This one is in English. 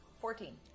Fourteen